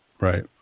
right